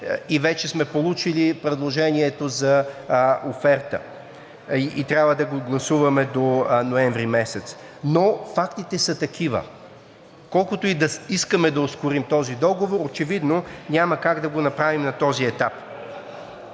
Вече сме получили предложението за оферта и трябва да го гласуваме до ноември месец, но фактите са такива. Колкото и да искаме да ускорим този договор, очевидно няма как да го направим на този етап.